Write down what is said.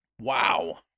Wow